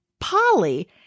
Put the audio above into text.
Polly